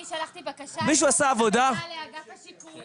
אני שלחתי בקשה --- לאגף השיקום,